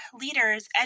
leaders